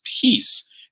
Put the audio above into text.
peace